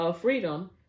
freedom